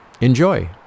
enjoy